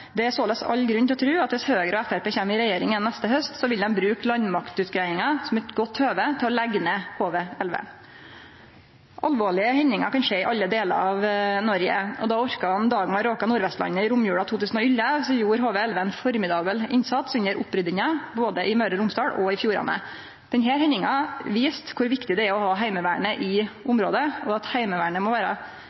Det er såleis all grunn til å tru at dersom Høgre og Framstegspartiet kjem i regjering igjen neste haust, vil dei bruke landmaktutgreiinga som eit godt høve til å leggje ned HV-11. Alvorlege hendingar kan skje i alle delar av Noreg, og då orkanen «Dagmar» råka Nordvestlandet i romjula 2011, gjorde HV-11 ein formidabel innsats under oppryddinga, både i Møre og Romsdal og i Sogn og Fjordane. Denne hendinga viste kor riktig det er å ha Heimevernet i området, og at Heimevernet må